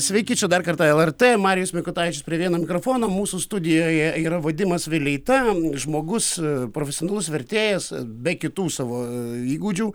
sveiki čia dar kartą lrt marijus mikutavičius prie vieno mikrofono mūsų studijoje yra vadimas vileita žmogus profesionalus vertėjas be kitų savo įgūdžių